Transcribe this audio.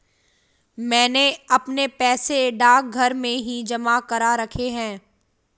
मैंने अपने पैसे डाकघर में ही जमा करा रखे हैं